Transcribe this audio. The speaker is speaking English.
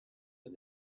and